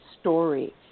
story